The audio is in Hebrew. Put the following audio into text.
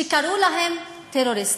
שקראו להם "טרוריסטים".